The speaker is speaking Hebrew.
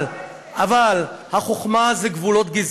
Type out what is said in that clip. מה הקשר?